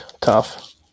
Tough